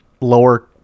lower